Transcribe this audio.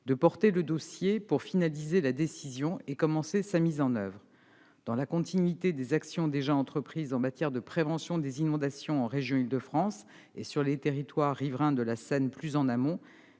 de porter le dossier pour finaliser la décision et entamer sa mise en oeuvre. Dans la continuité des actions déjà entreprises en matière de prévention des inondations en région d'Île-de-France et sur les territoires riverains de la Seine, plus en amont,